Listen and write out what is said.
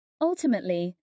Ultimately